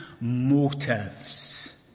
motives